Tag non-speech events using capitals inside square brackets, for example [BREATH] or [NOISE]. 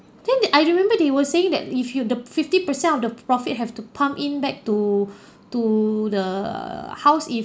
then the I remember they were saying that if you the fifty percent of the profit have to pump in back to [BREATH] to the house if